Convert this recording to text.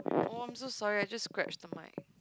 oh I'm so sorry I just scratched the mic